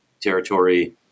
territory